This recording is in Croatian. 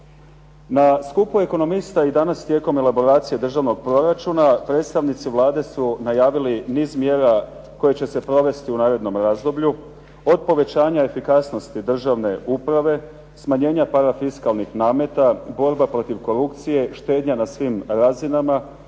Na skupu ekonomista i danas tijekom elaboracije državnog proračuna, predstavnici Vlade su najavili niz mjera koje će se provesti u narednom razdoblju, od povećanja efikasnosti državne uprave, smanjenje parafiskalnih nameta, borba protiv korupcije, štednja na svim razinama,